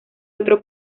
otro